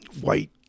white